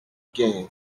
quinze